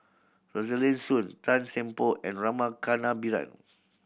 Rosaline Soon Tan Seng Poh and Rama Kannabiran